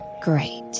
Great